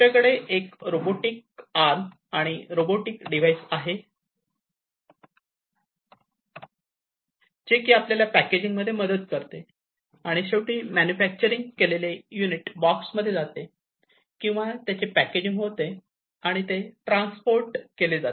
आपल्याकडे एक robotic arm आणि रोबोटिक डिवाइस आहे जे की आपल्याला पॅकेजिंग मध्ये मदत करते आणि शेवटी मॅन्युफॅक्चर केलेले युनिट बॉक्समध्ये जाते किंवा त्याचे पॅकेजिंग होते आणि ते ट्रान्सपोर्ट केले जाते